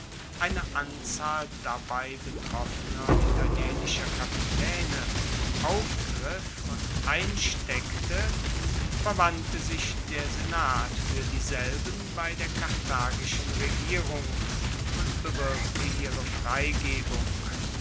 eine anzahl dabei betroffener italischer kapitaene aufgriff und einsteckte verwandte sich der senat fuer dieselben bei der karthagischen regierung und bewirkte ihre freigebung